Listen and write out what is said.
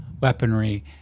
weaponry